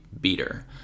beater